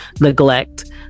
neglect